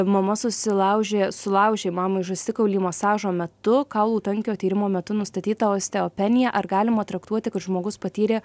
mama susilaužė sulaužė mamai žastikaulį masažo metu kaulų tankio tyrimo metu nustatyta osteopenija ar galima traktuoti kad žmogus patyrė